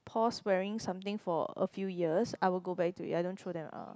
pause wearing something for a few years I would go back to it I don't throw them out